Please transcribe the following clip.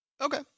Okay